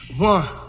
one